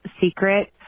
secret